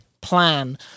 plan